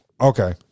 Okay